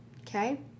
Okay